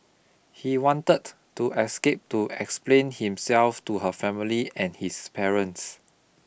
he wanted to escape to explain himself to her family and his parents